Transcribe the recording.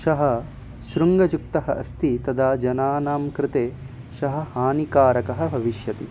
सः शृङ्गयुक्तः अस्ति तदा जनानां कृते सः हानिकारकः भविष्यति